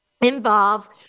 involves